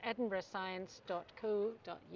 edinburghscience.co.uk